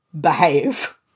behave